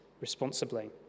responsibly